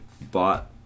bought